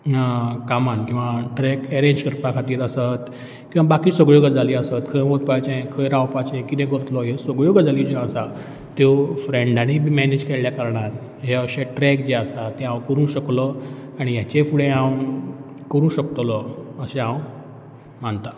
कामान किंवा track arrange करपा खातीर आसत किंवा बाकी सगळ्यो गजाली आसत खंय वचपाचें खंय रावपाचें कितें करतलो ह्यो सगळ्यो गजाली ज्यो आसा त्यो फ्रँडानीय बी मॅनेज केल्ल्या कारणान हे अशे ट्रॅक जे आसात ते हांव कोरूंक शकलो आनी हेचे फुडें हांव करूंक शकतलो अशें हांव मानता